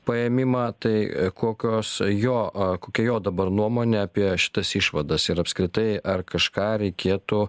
paėmimą tai kokios jo kokia jo dabar nuomonė apie šitas išvadas ir apskritai ar kažką reikėtų